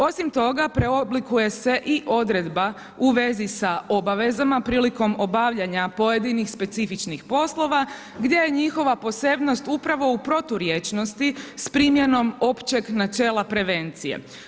Osim toga, preoblikuje se i odredba u vezi sa obavezama prilikom obavljanja pojedinih specifičnih poslova gdje je njihova posebnost upravo u proturječnosti sa primjenom općeg načela prevencije.